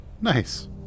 Nice